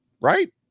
right